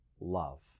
love